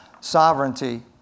sovereignty